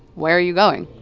where are you going?